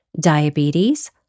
diabetes